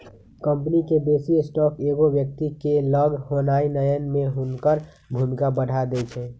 company के बेशी stock एगो व्यक्ति के लग होनाइ नयन में हुनकर भूमिका बढ़ा देइ छै